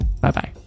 Bye-bye